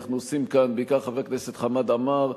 שאנחנו עושים כאן, בעיקר חבר הכנסת חמד עמאר,